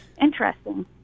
Interesting